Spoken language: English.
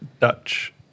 Dutch